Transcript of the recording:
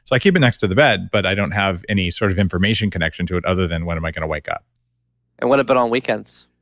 so i keep it next to the bed but i don't have any sort of information connection to it other than when am i going to wake up and what about but on weekends?